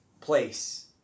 place